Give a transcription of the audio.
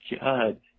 god